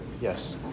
Yes